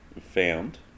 found